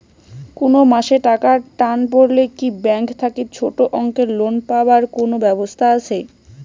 কুনো মাসে টাকার টান পড়লে কি ব্যাংক থাকি ছোটো অঙ্কের লোন পাবার কুনো ব্যাবস্থা আছে?